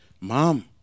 mom